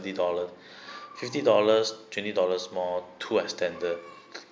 ty dollar fifty dollars twenty dollars more two extender